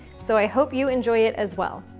so i hope you enjoy it as well.